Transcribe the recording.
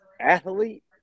Athlete